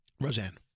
Roseanne